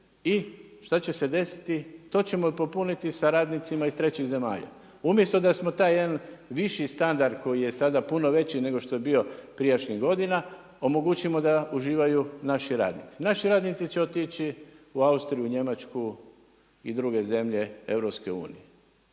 i što će se desiti? To ćemo popuniti sa radnicima iz trećih zemalja, umjesto da smo taj jedan viši standard koji je sada puno veći nego što je bio prijašnjih godina, omogućimo da uživaju naši radnici. Naši radnici će otići u Austriju, Njemačku i druge zemlje EU-a.